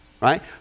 right